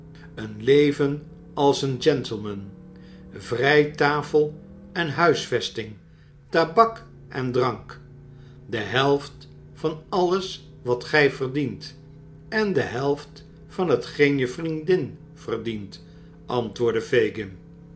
een leven als een gentleman vri tafel en huisvesting tabak en drank de helft van alles wat jij verdient en de helft van hetgeen je vriendin verdient antwoordde fagin